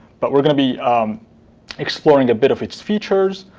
but we're going to be exploring a bit of its features.